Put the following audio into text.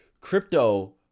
Crypto